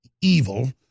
evil